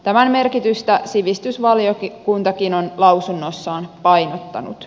tämän merkitystä sivistysvaliokuntakin on lausunnossaan painottanut